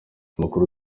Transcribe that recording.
amakuru